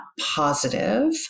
positive